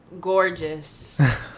Gorgeous